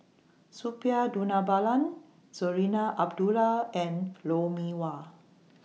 Suppiah Dhanabalan Zarinah Abdullah and Lou Mee Wah